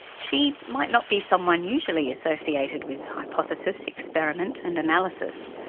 she might not be someone usually associated with hypothesis, experiment and analysis,